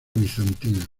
bizantina